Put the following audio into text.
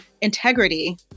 integrity